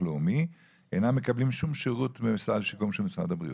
הלאומי אינם מקבלים שום שירות מסל השיקום של משרד הבריאות.